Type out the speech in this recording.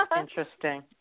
Interesting